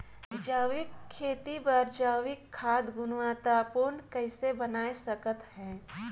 जैविक खेती बर जैविक खाद गुणवत्ता पूर्ण कइसे बनाय सकत हैं?